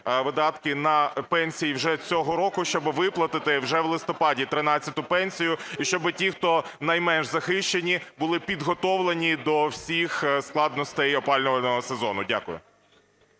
видатки на пенсії вже цього року, щоб виплатити вже в листопаді тринадцяту пенсію. І щоб ті, хто найменш захищені, були підготовлені до всіх складностей опалювального сезону. Дякую.